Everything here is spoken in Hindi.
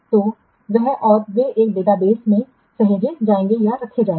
तो वह और वे एक डेटाबेस में सहेजे जाएंगे